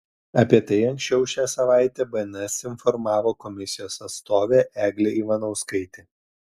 apie tai anksčiau šią savaitę bns informavo komisijos atstovė eglė ivanauskaitė